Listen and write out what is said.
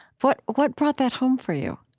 but what brought that home for you?